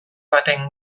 baten